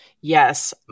yes